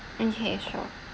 okay sure